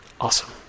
awesome